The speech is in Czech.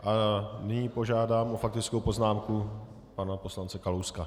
Nyní požádám o faktickou poznámku pana poslance Kalouska.